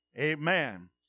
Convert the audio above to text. Amen